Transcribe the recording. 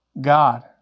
God